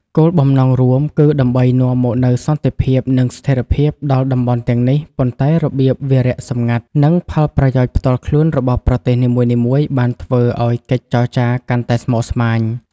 គោលបំណងរួមគឺដើម្បីនាំមកនូវសន្តិភាព និងស្ថិរភាពដល់តំបន់ទាំងនេះ ប៉ុន្តែរបៀបវារៈសម្ងាត់ និងផលប្រយោជន៍ផ្ទាល់ខ្លួនរបស់ប្រទេសនីមួយៗបានធ្វើឱ្យកិច្ចចរចាកាន់តែស្មុគស្មាញ។